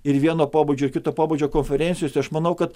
ir vieno pobūdžio ir kito pobūdžio konferencijose aš manau kad